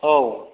औ